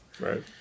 Right